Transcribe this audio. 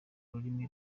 rurimi